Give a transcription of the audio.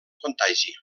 contagi